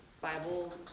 Bible